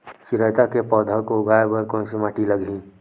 चिरैता के पौधा को उगाए बर कोन से माटी लगही?